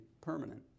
permanent